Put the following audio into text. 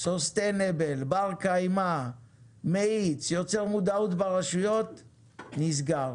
בר קיימא, מאיץ, יוצר מודעות ברשויות, נסגר.